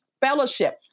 Fellowship